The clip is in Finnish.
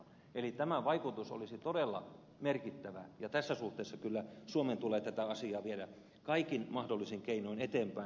eli tämän vaikutus olisi todella merkittävä ja tässä suhteessa kyllä suomen tulee tätä asiaa viedä kaikin mahdollisin keinoin eteenpäin